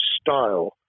style